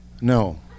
no